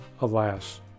alas